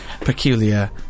peculiar